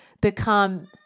become